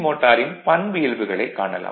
மோட்டாரின் பண்பியல்புகளைக் காணலாம்